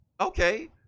okay